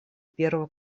первого